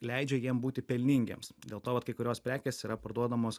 leidžia jiem būti pelningiems dėl to vat kai kurios prekės yra parduodamos